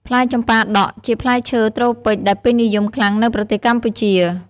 ផ្លែចម្ប៉ាដាក់ជាផ្លែឈើត្រូពិចដែលពេញនិយមខ្លាំងនៅប្រទេសកម្ពុជា។